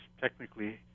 technically